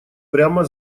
прямо